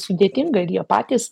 sudėtinga ir jie patys